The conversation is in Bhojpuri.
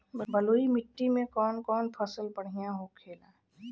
बलुई मिट्टी में कौन कौन फसल बढ़ियां होखेला?